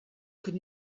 could